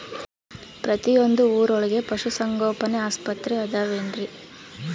ಪ್ರತಿಯೊಂದು ಊರೊಳಗೆ ಪಶುಸಂಗೋಪನೆ ಆಸ್ಪತ್ರೆ ಅದವೇನ್ರಿ?